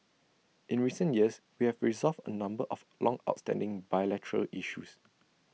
in recent years we have resolved A number of longstanding bilateral issues